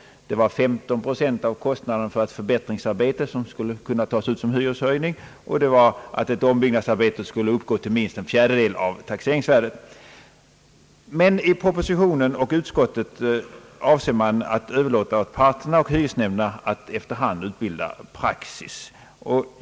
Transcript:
Det var 15 procent av kostnaden för förbättringsarbete som skulle få tas ut i hyreshöjning, och det var att kostnaden för ett ombyggnadsarbete skulle uppgå till minst en fjärdedel av taxeringsvärdet. I propositionen och inom utskottet avser man emellertid att överlåta åt parterna och hyresnämnderna att efter hand utbilda praxis.